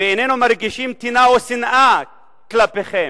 ואיננו מרגישים טינה או שנאה כלפיכם,